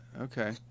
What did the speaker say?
Okay